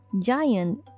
Giant